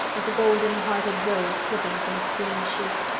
as a golden-hearted rose slipping from its green sheath.